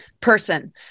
person